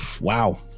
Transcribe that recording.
wow